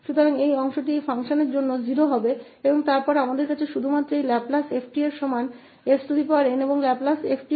तो यह इस फ़ंक्शन के लिए भाग 0 होगा और तब हमारे पास केवल यह लैपलेस f 𝑡 snके बराबर है और 𝑓𝑡 का लाप्लास है